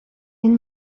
این